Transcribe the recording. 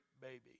baby